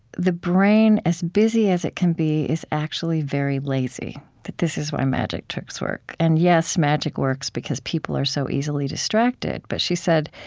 the brain, as busy as it can be, is actually very lazy that this is why magic tricks work. and, yes, magic works because people are so easily distracted. but she said,